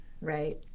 Right